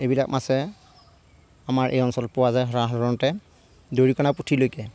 এইবিলাক মাছে আমাৰৰ এই অঞ্চলত পোৱা যায় সাধাৰণতে দৰিকণা পুঠিলৈকে